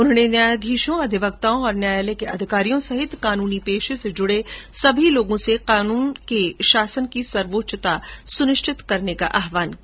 उन्होंने न्यायाधीशों अधिवक्ताओं और न्यायालय के अधिकारियों सहित कानूनी पेशे से जुड़े सभी लोगों से कानून के शासन की सर्वोच्चता सुनिश्चित करने का आहवान किया